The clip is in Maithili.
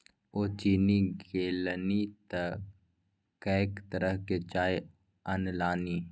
ओ चीन गेलनि तँ कैंक तरहक चाय अनलनि